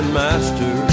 master